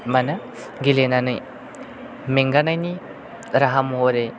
मा होनो गेलेनानै मेंगानायनि राहा महरै